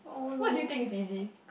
what do you think is easy